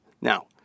Now